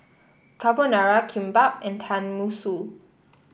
Carbonara Kimbap and Tenmusu